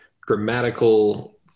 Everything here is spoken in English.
grammatical